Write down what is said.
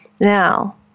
Now